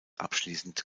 abschließend